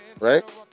Right